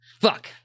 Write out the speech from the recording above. Fuck